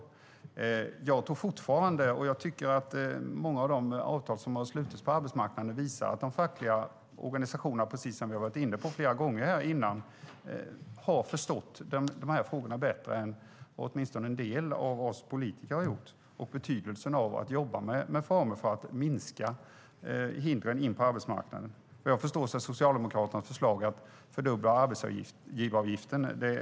Precis som vi har varit inne på tidigare visar många av de avtal som har slutits på arbetsmarkanden att de fackliga organisationerna har förstått dessa frågor bättre än åtminstone en del av oss politiker. Man har också förstått betydelsen av att jobba med former för att minska hindren in på arbetsmarknaden. Socialdemokraternas förslag är att fördubbla arbetsgivaravgiften.